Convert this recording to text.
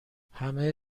همه